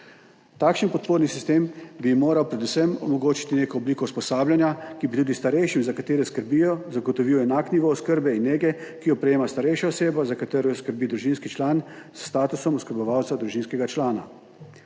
Takšen podporni sistem bi moral predvsem omogočiti neko obliko usposabljanja, ki bi tudi starejšim, za katere skrbijo, zagotovil enak nivo oskrbe in nege, ki jo prejema starejša oseba, za katero skrbi družinski član s statusom oskrbovalca družinskega člana.